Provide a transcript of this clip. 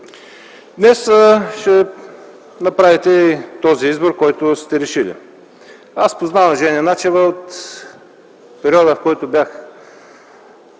Днес ще направите и този избор, който сте решили. Аз познавам Жени Начева от периода, в който бях